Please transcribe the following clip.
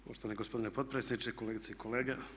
Poštovani gospodine potpredsjedniče, kolegice i kolege.